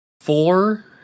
four